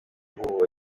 guhorera